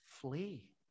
flee